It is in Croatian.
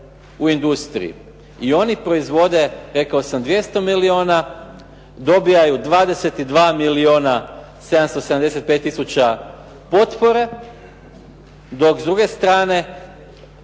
u industriji, oni proizvode 200 milijuna, dobivaju 22 milijuna 775 tisuća potpore, dok s druge strane